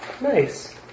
Nice